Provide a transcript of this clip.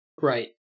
Right